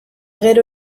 gero